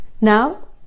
now